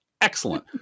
excellent